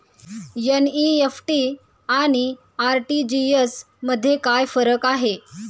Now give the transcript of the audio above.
NEFT आणि RTGS मध्ये काय फरक आहे?